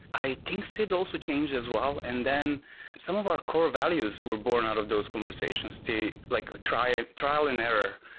i think sis also changed as well. and then some of our core values were born out of those conversations, like trial trial and error,